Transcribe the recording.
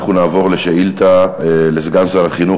אנחנו נעבור לשאילתה לסגן שר החינוך